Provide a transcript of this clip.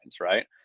right